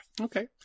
Okay